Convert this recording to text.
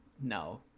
no